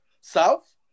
South